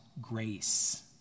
grace